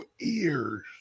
ears